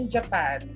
Japan